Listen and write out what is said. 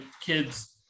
kids